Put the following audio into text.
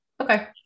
Okay